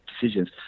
decisions